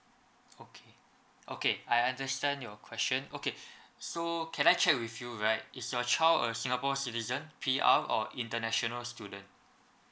okay okay I understand your question okay so can I check with you right is your child a singapore citizen P_R or international student